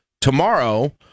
tomorrow